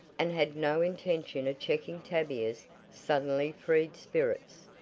and had no intention of checking tavia's suddenly-freed spirits.